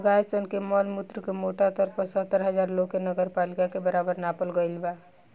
गाय सन के मल मूत्र के मोटा तौर पर सत्तर हजार लोग के नगरपालिका के बराबर नापल गईल बा